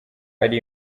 ari